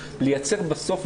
לייצר בסוף,